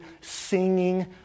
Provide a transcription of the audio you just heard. singing